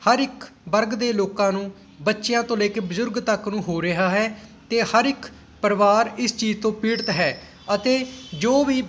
ਹਰ ਇੱਕ ਵਰਗ ਦੇ ਲੋਕਾਂ ਨੂੰ ਬੱਚਿਆਂ ਤੋਂ ਲੈ ਕੇ ਬਜ਼ੁਰਗ ਤੱਕ ਨੂੰ ਹੋ ਰਿਹਾ ਹੈ ਅਤੇ ਹਰ ਇੱਕ ਪਰਿਵਾਰ ਇਸ ਚੀਜ਼ ਤੋਂ ਪੀੜਿਤ ਹੈ ਅਤੇ ਜੋ ਵੀ